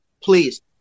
please